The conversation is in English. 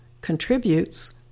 contributes